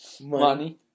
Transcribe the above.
Money